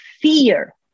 fear